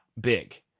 big